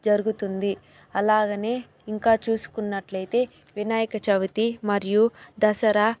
జరుగుతుంది అలాగనే ఇంకా చూసుకున్నట్లయితే వినాయక చవితి మరియు దసరా